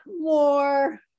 more